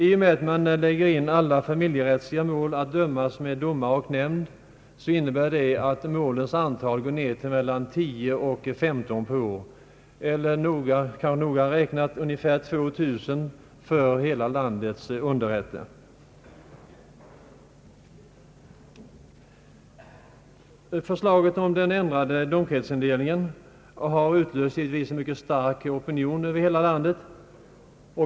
I och med att man låter alla familjerättsliga mål dömas av domare och nämnd innebär detta att målens antal minskar till 10—153 per år, eller ungefär 2 000 för hela landets underrätter. Förslaget om ändrad domkretsindelning har givetvis utlöst en mycket stark opinion över hela landet.